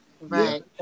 right